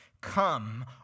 Come